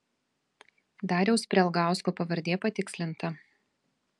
dariaus prialgausko pavardė patikslinta